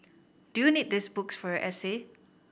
do you need these books for your essay